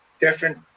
different